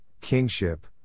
kingship